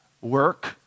work